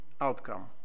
outcome